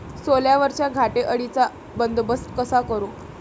सोल्यावरच्या घाटे अळीचा बंदोबस्त कसा करू?